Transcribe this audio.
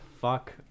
fuck